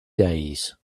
days